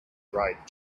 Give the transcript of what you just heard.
right